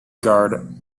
guard